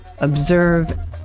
observe